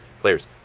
players